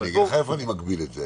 אני אגיד לך איפה אני מגביל את זה,